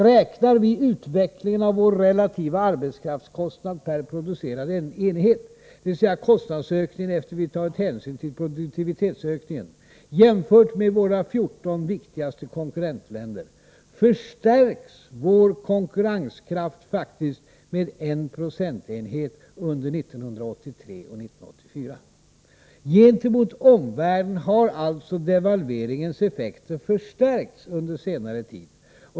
Studerar vi utvecklingen av våra relativa arbetskraftskostnader per producerad enhet — dvs. kostnadsökningen sedan hänsyn tagits till produktivitetsökningen — jämfört med våra 14 viktigaste konkurrentländer, finner vi att vår konkurrenskraft faktiskt förstärks med en procentenhet under 1983 och 1984. Gentemot omvärlden har alltså devalveringens effekter förstärkts under senare tid.